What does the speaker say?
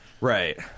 right